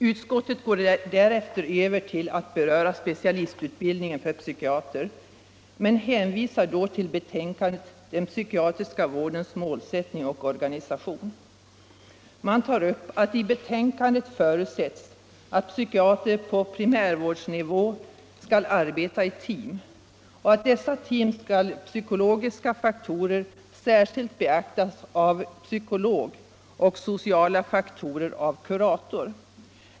Utskottet går därefter över till att beröra specialistutbildningen för psykiater men hänvisar då till betänkandet Den psykiatriska vårdens målsättning och organisation. Man framhåller att i detta betänkande förutsätts att psykiater på primärvårdsnivå skall arbeta i team och att ”i dessa team psykologiska faktorer skall särskilt beaktas av psykolog och sociala faktorer särskilt av kurator.